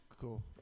cool